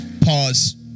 Pause